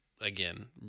Again